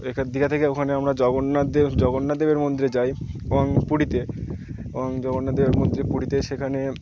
এখান দীঘা থেকে ওখানে আমরা জগন্নাথ দেব জগন্নাথ দেবের মন্দিরে যাই এবং পুরীতে এবং জগন্নাথ দেবের মন্দিরে পুরীতে সেখানে